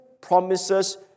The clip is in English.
promises